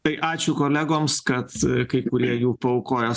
tai ačiū kolegoms kad kai kurie jų paaukojo